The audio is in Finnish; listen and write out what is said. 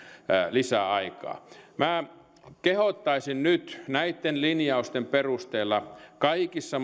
lisäaikaa kehottaisin nyt näitten linjausten perusteella kaikissa